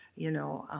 you know,